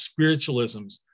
spiritualisms